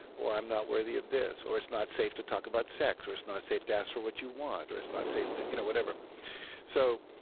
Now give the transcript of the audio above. or i'm not worthy of this or it's not safe to talk about sex or it's not safe to ask for what you want or it's not safe to, you know whatever so,